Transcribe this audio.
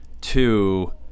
two